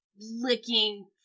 licking